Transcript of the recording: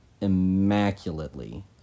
immaculately